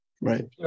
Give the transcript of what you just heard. Right